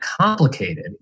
complicated